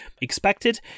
expected